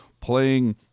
playing